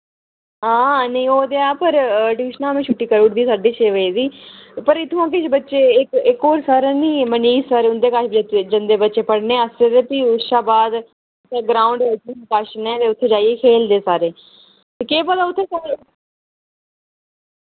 हां नेईं ओह् ते ऐ पर ट्यूशना में छुट्टी करूड़दी साढे छे बजे दी पर इत्थुआं किश बच्चे इक इक और सर नीं मनीश सर उंदे कच्छ बी जन्दे बच्चे पढ़ने आस्तै ते फ्ही उस शा बाद ग्राउंड कच्छ नै ते उत्थै जाइयै खेलदे सारे केह् पता उत्थै